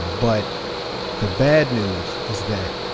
ah but the bad news is that,